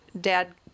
Dad